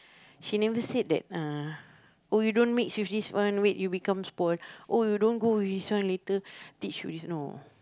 she never said that uh oh you don't mix with this one wait you become spoiled oh you don't go with this one later teach you this no